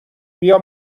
بیا